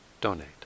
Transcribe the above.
donate